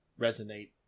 resonate